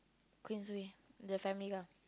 Queensway the family car